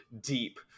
deep